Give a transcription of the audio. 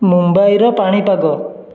ମୁମ୍ବାଇର ପାଣିପାଗ